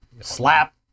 Slap